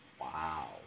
Wow